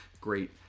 great